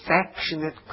affectionate